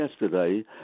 yesterday